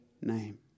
name